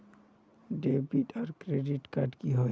Debit आर credit card की होय?